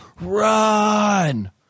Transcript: run